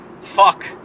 fuck